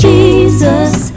Jesus